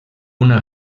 una